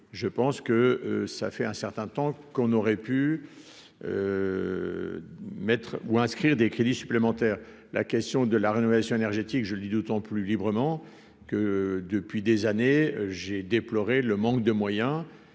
je pense que ça fait un certain temps qu'on aurait pu mettre ou inscrire des crédits supplémentaires, la question de la rénovation énergétique, je le dis d'autant plus librement que depuis des années, j'ai déploré le manque de moyens